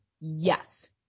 Yes